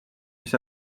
mis